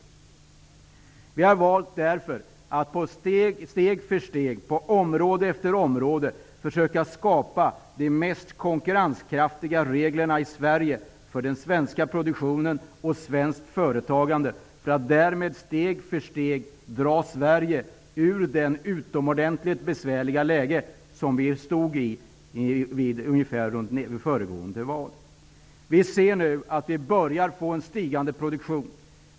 Regeringen har därför valt att steg för steg på område efter område försöka skapa de mest konkurrenskraftiga reglerna för svensk produktion och svenskt företagande. Därmed vill vi dra Sverige ur det utomordentligt besvärliga läge som landet befann sig i vid tiden för förra valet. Vi ser nu att produktionen börjar stiga.